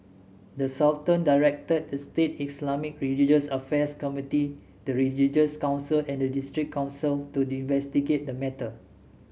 the Sultan directed the state Islamic religious affairs committee the religious council and the district council to investigate the matter